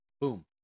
Boom